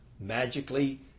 Magically